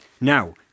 Now